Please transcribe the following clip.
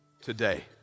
today